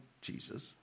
Jesus